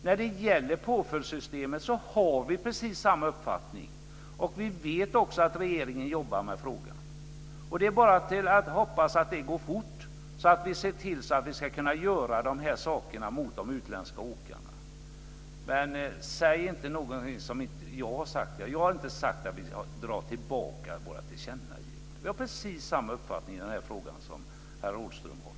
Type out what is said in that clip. När det gäller påföljdssystemet har vi precis samma uppfattning. Vi vet också att regeringen jobbar med frågan. Det är bara att hoppas att det går fort, så att vi ser till att vi kan göra de här sakerna mot de utländska åkarna. Men säg inte någonting som inte jag har sagt. Jag har inte sagt att vi ska dra tillbaka vårt tillkännagivande. Vi har precis samma uppfattning i den här frågan som herr Rådhström har.